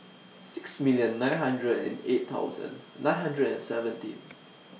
six million nine hundred and eight thousand nine hundred and seventeen